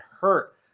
hurt